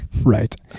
Right